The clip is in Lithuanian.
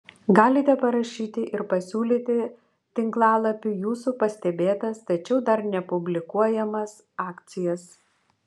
galite parašyti ir pasiūlyti tinklalapiui jūsų pastebėtas tačiau dar nepublikuojamas akcijas